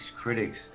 critics